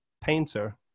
painter